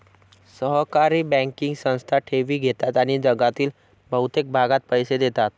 सहकारी बँकिंग संस्था ठेवी घेतात आणि जगातील बहुतेक भागात पैसे देतात